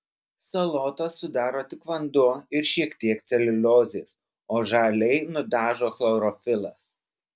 salotas sudaro tik vanduo ir šiek tiek celiuliozės o žaliai nudažo chlorofilas